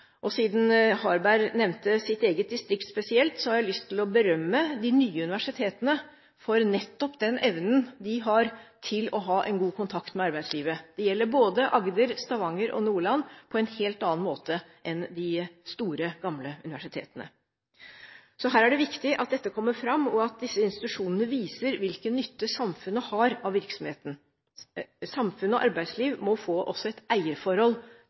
Og siden Harberg nevnte sitt eget distrikt spesielt, har jeg lyst til å berømme de nye universitetene for nettopp den evnen de har til å ha en god kontakt med arbeidslivet – det gjelder både Agder, Stavanger og Nordland – på en helt annen måte enn de store, gamle universitetene. Her er det viktig at dette kommer fram, og at disse institusjonene viser hvilken nytte samfunnet har av virksomheten. Samfunn og arbeidsliv må også få et eierforhold